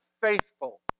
faithful